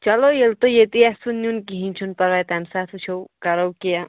چلو ییٚلہِ تۄہہِ ییٚتی آسِوٕ نِیُن تہٕ کِہیٖنۍ چھُنہٕ پَرواے تَمہِ ساتہٕ وٕچھُو کَروٚ کیٚنٛہہ